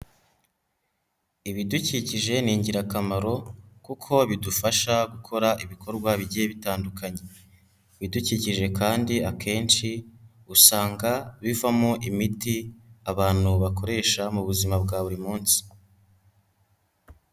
Ibidukikije ni ingirakamaro kuko bidufasha gukora ibikorwa bigiye bitandukanye, ibidukikije kandi akenshi, usanga bivamo imiti abantu bakoresha mu buzima bwa buri munsi.